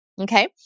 Okay